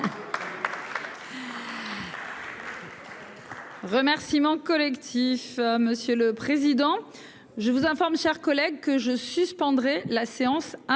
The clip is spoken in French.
Remerciements collectifs, monsieur le Président, je vous informe, cher collègue que je suspendrai la séance à 20 heures